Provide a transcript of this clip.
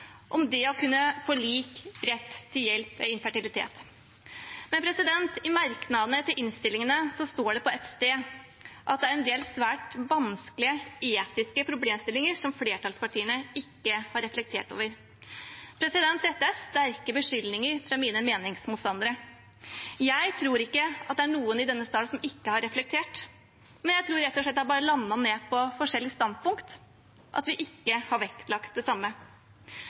om det å kunne få lik rett til hjelp ved infertilitet. I merknadene i innstillingen står det på et sted at det er en del svært vanskelige etiske problemstillinger som flertallspartiene ikke har reflektert over. Dette er sterke beskyldninger fra mine meningsmotstandere. Jeg tror ikke at det er noen i denne sal som ikke har reflektert, men jeg tror rett og slett man bare har landet på forskjellig standpunkt, at vi ikke har vektlagt det samme.